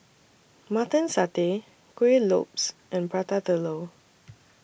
Mutton Satay Kueh Lopes and Prata Telur